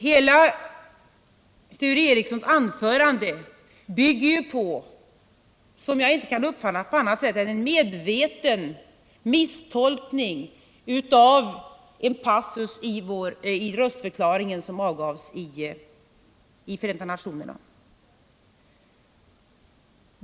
Hela Sture Ericsons anförande bygger på något som jag inte kan uppfatta som annat än en medveten misstolkning av en passus i den röstförklaring som avgavs i Förenta nationerna.